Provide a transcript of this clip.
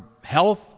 health